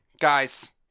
guys